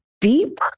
deep